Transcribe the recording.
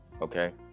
okay